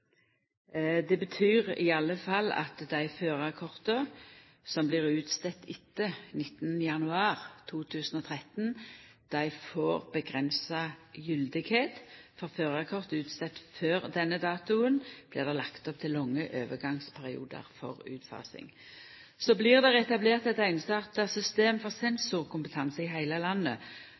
Det betyr i alle fall at dei førarkorta som blir skrivne ut etter 19. januar 2013, får avgrensa gyldigheit. For førarkort skrivne ut før denne datoen, blir det lagt opp til lange overgangsperiodar for utfasing. Det blir òg etablert eit einsarta system for sensorkompetanse i heile landet,